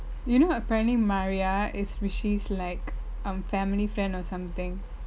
you know apparently maria is rishi's like um family friend or something